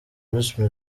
bruce